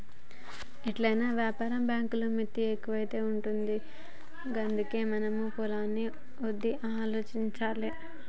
ఎట్లైనా వ్యాపార బాంకులల్ల మిత్తి ఎక్కువనే ఉంటది గందుకే మనమే పోవాల్నా ఒద్దా ఆలోచించుకోవాలె